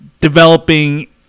developing